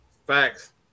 Facts